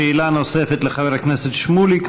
שאלה נוספת לחבר הכנסת שמולי,